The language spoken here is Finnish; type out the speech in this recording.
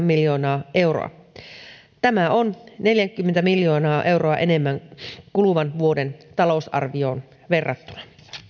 miljoonaa euroa tämä on neljäkymmentä miljoonaa euroa enemmän kuluvan vuoden talousarvioon verrattuna